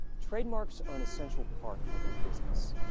trademarks are an essential part of your business.